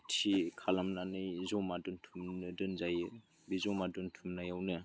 थि खालामनानै जमा दोनथुमनो दोनजायो बे जमा दोनथुमनायावनो